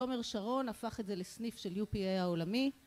עומר שרון הפך את זה לסניף של UPA העולמי